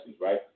right